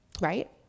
Right